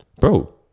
Bro